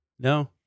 No